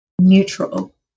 neutral